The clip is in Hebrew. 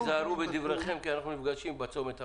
היזהרו בדבריכם כי אנחנו נפגשים בצומת הבא.